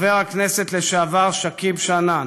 חבר הכנסת לשעבר שכיב שנאן,